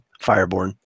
Fireborn